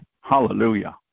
Hallelujah